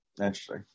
Interesting